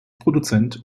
produzent